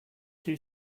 two